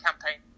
campaign